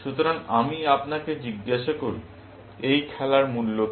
সুতরাং আমি আপনাকে জিজ্ঞাসা করি এই খেলার মূল্য কি